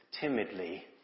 timidly